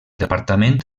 departament